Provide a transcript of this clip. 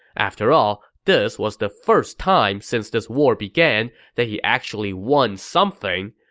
after all, this was the first time since this war began that he actually won something.